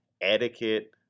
etiquette